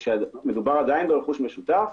כשמדובר עדיין על רכוש משותף,